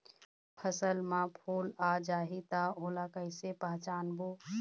फसल म फूल आ जाही त ओला कइसे पहचानबो?